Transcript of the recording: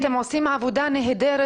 אתם עושים עבודה נהדרת.